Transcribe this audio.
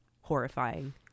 horrifying